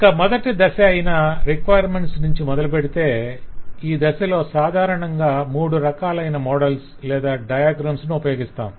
ఇక మొదటి దశ అయిన రిక్వైర్మెంట్స్ నుంచి మొదలుపెడితే ఈ దశలో సాధారణంగా మూడు రకాలైన మోడల్స్ లేదా డయాగ్రమ్స్ ఉపయోగిస్తాం